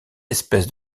espèces